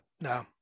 No